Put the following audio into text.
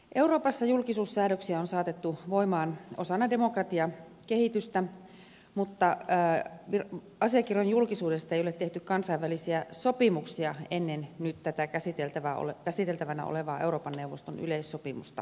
euroopassa julkisuussäädöksiä on saatettu voimaan osana demokratiakehitystä mutta asiakirjan julkisuudesta ei ole tehty kansainvälisiä sopimuksia ennen nyt tätä käsiteltävänä olevaa euroopan neuvoston yleissopimusta